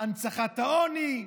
הנצחת העוני.